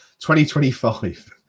2025